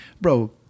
bro